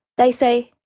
they say,